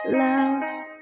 loves